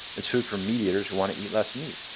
it's food for meat eaters who want to eat less meat.